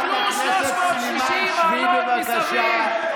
חברת הכנסת סלימאן, שבי, בבקשה.